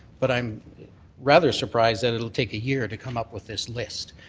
but i'm rather surprised that it will take a year to come up with this list.